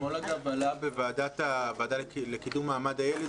בוועדה לקידום הילד